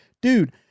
dude